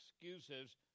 excuses